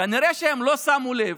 כנראה שהם לא שמו לב,